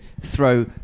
throw